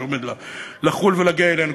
שעומד לחול ולהגיע אלינו,